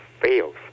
fails